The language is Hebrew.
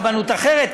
רבנות אחרת,